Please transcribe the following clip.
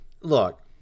look